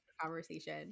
conversation